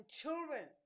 children